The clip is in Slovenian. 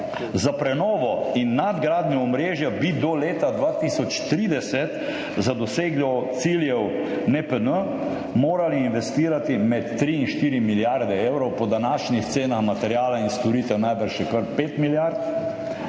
Za prenovo in nadgradnjo omrežja bi do leta 2030 za dosego ciljev NEPN morali investirati med 3 in 4 milijarde evrov, po današnjih cenah materiala in storitev najbrž kar 5 milijard.